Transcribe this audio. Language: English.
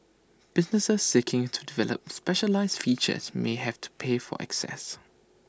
businesses seeking to develop specialised features may have to pay for access